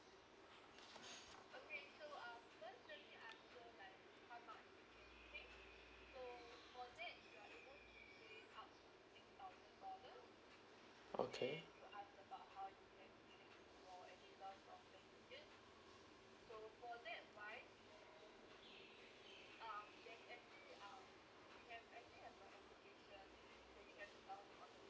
okay